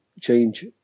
change